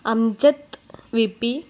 Amjad V P